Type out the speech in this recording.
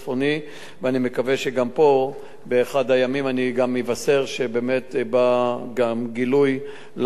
ואני מקווה שגם פה באחד הימים אני אבשר שבאמת בא גילוי למקרה הזה.